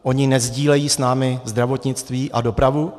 Oni nesdílejí s námi zdravotnictví a dopravu?